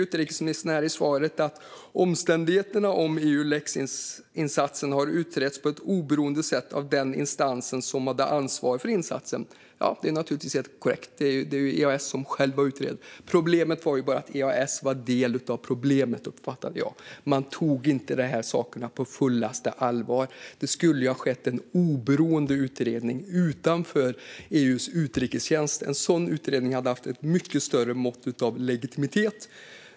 Utrikesministern säger i svaret att omständigheterna i Eulex-insatsen har utretts på ett oberoende sätt av den instans som hade ansvar för insatsen. Det är naturligtvis helt korrekt; det är EEAS själva som har utrett. Problemet är ju bara att EEAS var en del av problemet, som jag uppfattade det. Man tog inte de här sakerna på fullaste allvar. Det skulle ha skett en oberoende utredning utanför EU:s utrikestjänst. En sådan utredning hade haft ett mycket större mått av legitimitet.